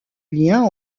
lien